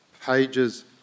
pages